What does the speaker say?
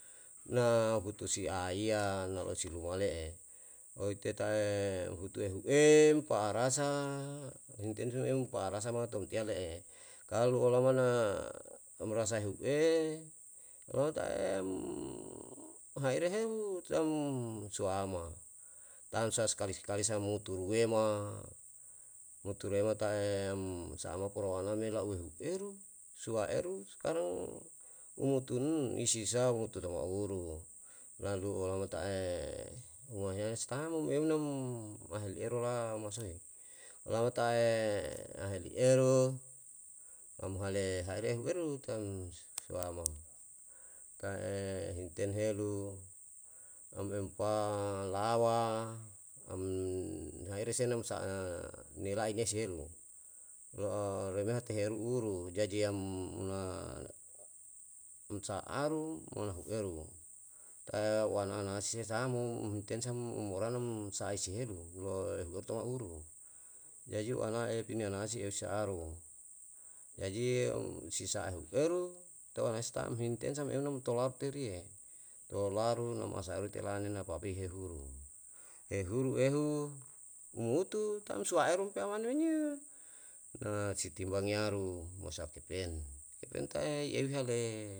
Na butu si aiya nalo si luma le'e, oite tae hutue hu em paarasa hentem ru pa'arasa ma tomtia le'e kalu olama na omorasa heu'e, otaem haere ehu tam soama tamsa skali skali ta mutuema, mutuema tae umsa'amoko roana me lau humeru, suaeru sekarang, um tun isisa umutu tamaurulalu tamata'e nuwaheya se tam mo em na nam mahel ero lamasa he, lamatae na eheli eru am hale haere eru tam suama, ta'e himten helu, lam rempa lawa, tam haere nam sa'e nilae nesi helu. Lo'o reme hate eru ulu jadi yam una umsa'aru mo lahueru. Tae wananasi tam mo, uhumten sam umuranom saisi helu, loe otomauru, jajiu ana'e bini anase eu sa'aru, jaji um sisa ehueru tau anasi tam himtensa me eu nam i tolao periye, tolaru na masaelu tela'a ne na pabrik hehuru. Hehuru ehu umutu tam suwaeru peam mane men yo, na si timbang yaru mosa kepen, kepen tae ye ehu yale